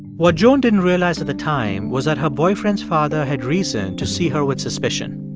what joan didn't realize at the time was that her boyfriend's father had reason to see her with suspicion.